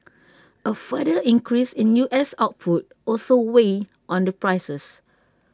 A further increase in U S output also weighed on the prices